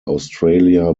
australia